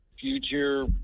future